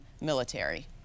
military